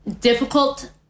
difficult